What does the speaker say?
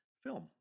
film